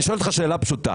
אני שואל אותך שאלה פשוטה.